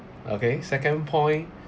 okay second point